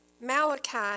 Malachi